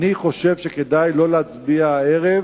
אני חושב שכדאי לא להצביע הערב.